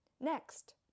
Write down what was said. Next